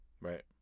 right